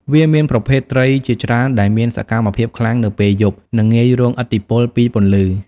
វាមានប្រភេទត្រីជាច្រើនដែលមានសកម្មភាពខ្លាំងនៅពេលយប់ និងងាយរងឥទ្ធិពលពីពន្លឺ។